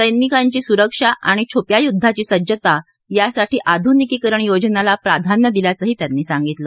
सैनिकांची सुरक्षा आणि छुप्या युद्धाची सज्जता यासाठी आधुनिकीकरण योजनेला प्राधान्य दिल्याचंही त्यांनी सांगितलं